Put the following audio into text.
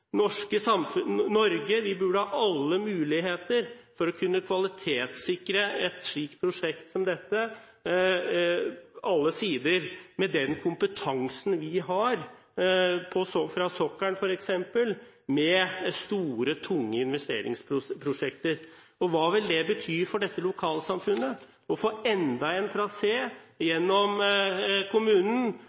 burde ha alle muligheter for å kunne kvalitetssikre alle sider ved et slikt prosjekt, med den kompetansen vi har f.eks. fra sokkelen, med store, tunge investeringsprosjekter. Hva vil det bety for dette lokalsamfunnet å få enda en trasé gjennom kommunen